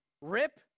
rip